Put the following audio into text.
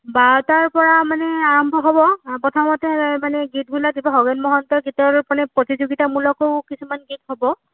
বাৰটাৰ পৰা মানে আৰম্ভ হ'ব প্ৰথমতে মানে গীতবিলাক দিব খগেন মহন্তৰ গীতৰ মানে প্ৰতিযোগিতা মূলকো কিছুমান গীত হ'ব